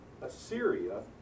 Assyria